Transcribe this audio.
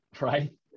Right